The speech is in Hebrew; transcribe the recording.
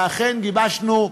ואכן גיבשנו,